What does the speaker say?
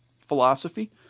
philosophy